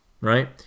right